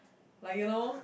like you know